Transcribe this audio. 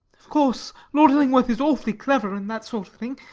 of course lord illingworth is awfully clever and that sort of thing.